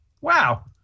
wow